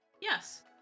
Yes